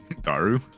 daru